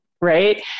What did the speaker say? Right